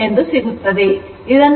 ಸರಳೀಕರಿಸಿ